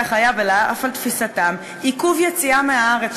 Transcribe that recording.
החייב אלא אף על תפיסתם ועל עיכוב יציאה מהארץ,